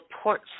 support